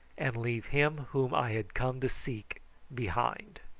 and leave him whom i had come to seek behind.